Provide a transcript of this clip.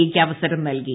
യ്ക്ക് അവസരം നൽകി